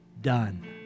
done